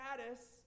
status